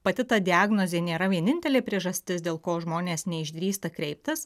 pati ta diagnozė nėra vienintelė priežastis dėl ko žmonės neišdrįsta kreiptis